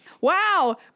Wow